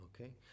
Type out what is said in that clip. Okay